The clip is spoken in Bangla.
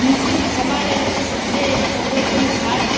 মিষ্টি খাবারের এর ওপর কোনো ছাড়